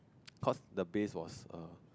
cause the base was err